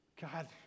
God